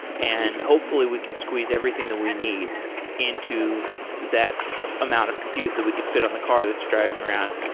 and hopefully we can squeeze everything that we need into that amount of compute that we can fit on the car that's driving around.